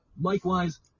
Likewise